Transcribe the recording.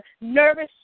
Nervous